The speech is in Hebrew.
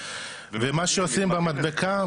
ומה שעושים במדבקה,